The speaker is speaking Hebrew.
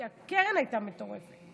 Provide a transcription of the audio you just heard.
כי הקרן הייתה מטורפת.